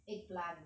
eggplant